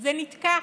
זה נתקע.